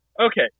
Okay